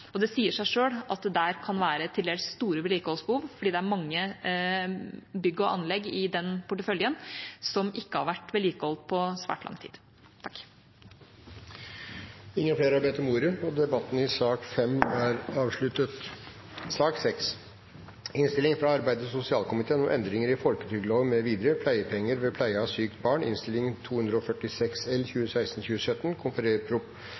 Det sier seg selv at det kan være til dels store vedlikeholdsbehov, for det er mange bygg og anlegg i den porteføljen som ikke har vært vedlikeholdt på svært lang tid. Flere har ikke bedt om ordet til sak nr. 5. Etter ønske fra arbeids- og sosialkomiteen vil presidenten foreslå at taletiden blir begrenset til 5 minutter til hver partigruppe og 5 minutter til medlemmer av regjeringen. Videre